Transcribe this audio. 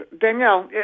Danielle